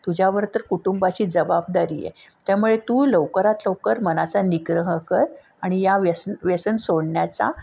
तुझ्यावर तर कुटुंबाची जबाबदारी आहे त्यामुळे तू लवकरात लवकर मनाचा निग्रह कर आणि या व्यस व्यसन सोडण्याचा